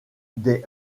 des